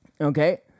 Okay